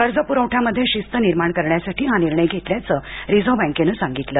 कर्ज पुरवठ्यामध्ये शिस्त निर्माण करण्यासाठी हा निर्णय घेतल्याचं रिझर्व्ह बँकेनं सांगितलं